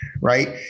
Right